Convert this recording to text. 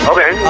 Okay